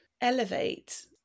Elevate